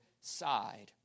side